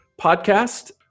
Podcast